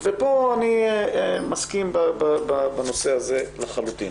אני מסכים בנושא הזה לחלוטין.